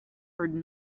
heard